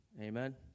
Amen